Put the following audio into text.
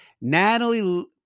natalie